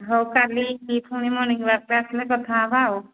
ହଉ କାଲି ପୁଣି ମର୍ଣ୍ଣିଙ୍ଗ୍ ୱାକ୍ଟା ଆସିଲେ କଥାହେବା ଆଉ